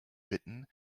bitten